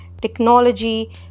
technology